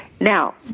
Now